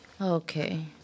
Okay